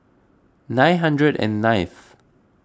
nine hundred and ninth